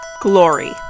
Glory